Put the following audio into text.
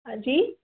हा जी